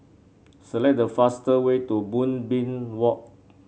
select the faster way to Moonbeam Walk